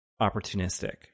opportunistic